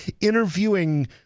interviewing